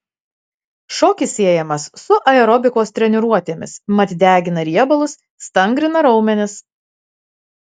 šokis siejamas su aerobikos treniruotėmis mat degina riebalus stangrina raumenis